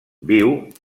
viu